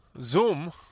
zoom